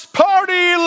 party